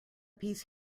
piece